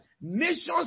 nations